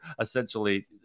essentially